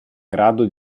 grado